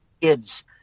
kids